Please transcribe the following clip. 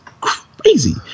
crazy